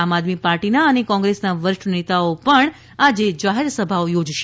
આમ આદમી પાર્ટીના અને કોંગ્રેસના વરિષ્ઠ નેતાઓ પણ આજે જાહેરસભાઓ યોજશે